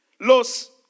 Los